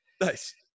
nice